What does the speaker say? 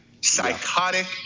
psychotic